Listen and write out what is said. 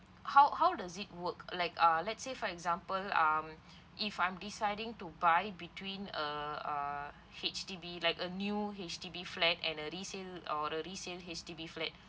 how how does it work like uh let's say for example um if I'm deciding to buy between a a H_D_B like a new H_D_B flat and a resale or a resale H_D_B flat